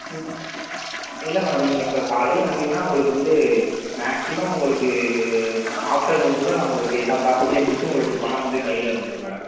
இல்லை மேடம் நீங்கள் இப்போ காலையில் வந்திங்கன்னா உங்களுக்கு வந்து மேக்ஸிமம் உங்களுக்கு ஆஃப்டர்நூன் குள்ளே நான் உங்களுக்கு எல்லா ப்ராசஸையும் முடிச்சு உங்களுக்கு பணம் வந்து கையில் இருந்துரும் மேடம்